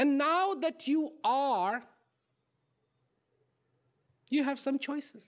and now that you are you have some choices